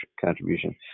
contribution